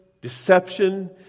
deception